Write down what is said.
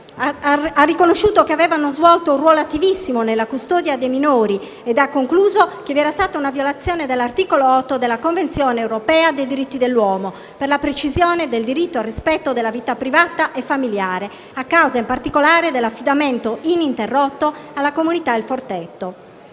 incriminati avevano svolto un «ruolo attivissimo» nella custodia dei minori e ha concluso che vi era stata una violazione dell'articolo 8 della Convenzione europea dei diritti dell'uomo (per la precisione, del diritto al rispetto della vita privata e familiare) a causa, in particolare, dell'affidamento ininterrotto di questi alla comunità «Il Forteto».